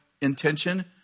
intention